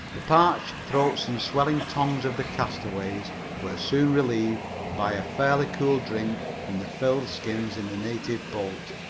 the parched throats and swelling tongues of the castaways were soon relieved by a fairly cool drink from the filled skins in the native boat.